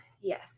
yes